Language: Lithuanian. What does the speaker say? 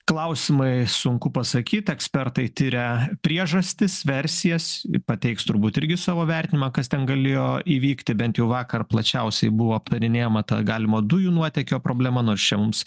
klausimai sunku pasakyt ekspertai tiria priežastis versijas pateiks turbūt irgi savo vertinimą kas ten galėjo įvykti bent jau vakar plačiausiai buvo aptarinėjama ta galimo dujų nuotėkio problema nors čia mums